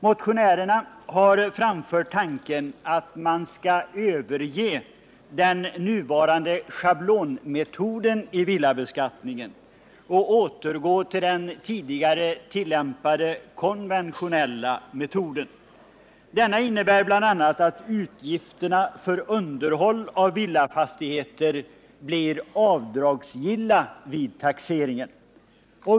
Motionärerna har framfört tanken att man skall överge den nuvarande schablonmetoden i villabeskattningen och återgå till'den tidigare tillämpade konventionella metoden. Denna innebär bl.a. att utgifterna för underhåll av villafastigheter blir avdragsgilla vid taxeringen.